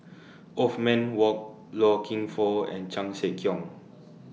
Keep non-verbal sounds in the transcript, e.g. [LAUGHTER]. [NOISE] Othman Wok Loy Keng Foo and Chan Sek Keong